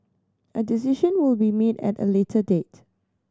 a decision will be made at a later date